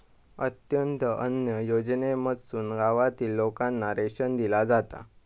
अंत्योदय अन्न योजनेमधसून गावातील लोकांना रेशन दिला जाता